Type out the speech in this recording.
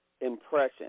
impression